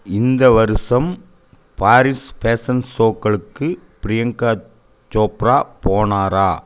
இந்த வருஷம் Paris fashion சோக்களுக்கு பிரியங்கா சோப்ரா போனாரா